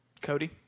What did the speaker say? Cody